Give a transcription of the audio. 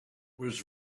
was